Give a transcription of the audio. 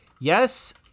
yes